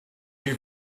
you